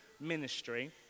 ministry